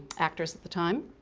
actors at the time.